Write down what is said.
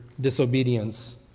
disobedience